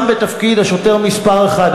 גם לתפקיד השוטר מספר אחת.